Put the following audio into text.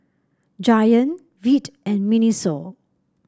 Giant Veet and Miniso